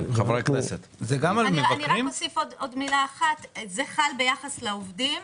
רק אוסיף עוד מילה זה חל ביחס לעובדים,